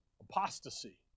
apostasy